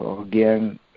again